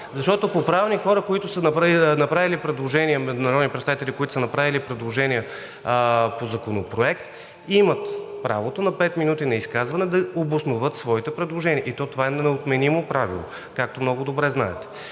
както е по Правилник. Защото по Правилника народни представители, които са направили предложения по Законопроект, имат правото на пет минути на изказване да обосноват своите предложения. Това е неотменимо право, както много добре знаете.